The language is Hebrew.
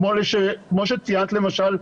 כמו שציינת למשל,